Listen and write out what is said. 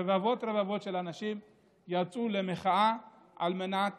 רבבות רבבות של אנשים יצאו למחאה על מנת